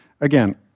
Again